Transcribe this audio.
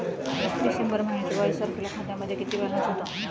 डिसेंबर महिन्याच्या बावीस तारखेला खात्यामध्ये किती बॅलन्स होता?